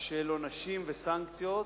של עונשים וסנקציות,